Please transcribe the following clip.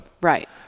right